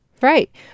Right